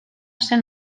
zen